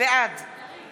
בעד